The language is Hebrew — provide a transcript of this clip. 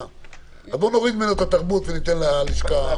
בואו נוריד ממנו את התרבות וניתן ללשכה המחוזית.